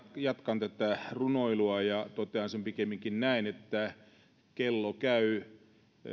jatkan tätä runoilua ja totean pikemminkin että kello käy